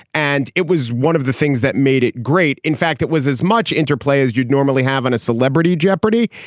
and it was one of the things that made it great. in fact, it was as much interplay as you'd normally have in a celebrity jeopardy.